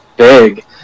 Big